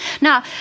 Now